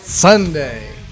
Sunday